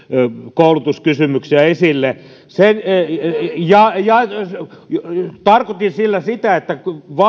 koulutuskysymyksiä esille tarkoitin koulutusvaaleilla sitä että